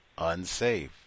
unsafe